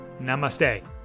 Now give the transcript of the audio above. Namaste